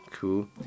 cool